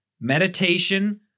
meditation